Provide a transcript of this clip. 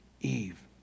Eve